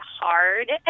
hard